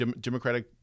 Democratic